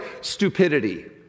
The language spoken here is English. stupidity